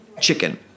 chicken